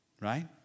right